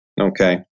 okay